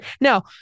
Now